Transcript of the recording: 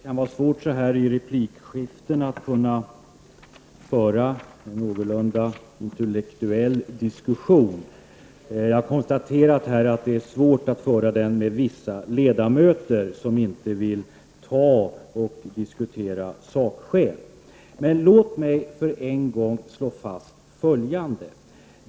Herr talman! Det kan vara svårt att föra en någorlunda intellektuell diskussion i replikskiftena. Jag har konstaterat att det är svårt att föra en sådan diskussion med vissa ledamöter som inte vill diskutera sakskäl. Låg mig än en gång slå fast följande.